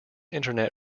internet